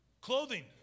clothing